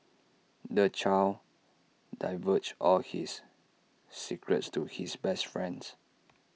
the child divulged all his secrets to his best friend